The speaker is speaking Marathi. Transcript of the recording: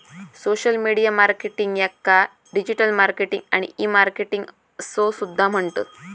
सोशल मीडिया मार्केटिंग याका डिजिटल मार्केटिंग आणि ई मार्केटिंग असो सुद्धा म्हणतत